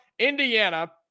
Indiana